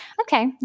okay